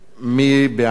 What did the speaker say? מי בעד?